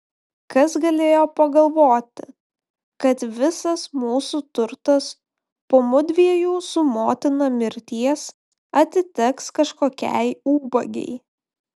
kas galėjo pagalvoti kad visas mūsų turtas po mudviejų su motina mirties atiteks kažkokiai ubagei